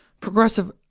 progressive